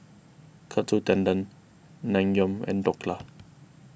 Katsu Tendon Naengmyeon and Dhokla